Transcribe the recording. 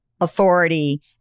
authority